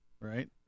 right